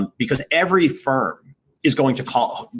because every firm is going to call.